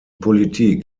politik